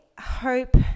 hope